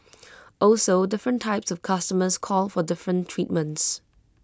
also different types of customers call for different treatments